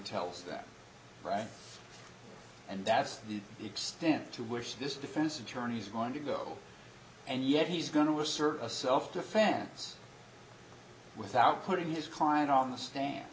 tells them right and that's the extent to which this defense attorney's going to go and yet he's going to assert a self defense without putting his client on the stand